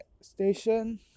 Station